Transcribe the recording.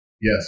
Yes